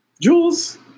Jules